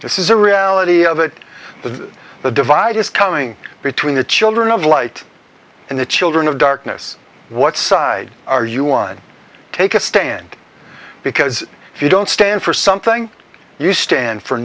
this is a reality of it to the divide is coming between the children of light and the children of darkness what side are you on take a stand because if you don't stand for something you stand for